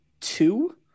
two